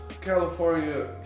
California